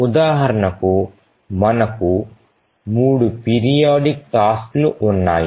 ఉదాహరణకు మనకు 3 periodic task లు ఉన్నాయి